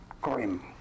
grim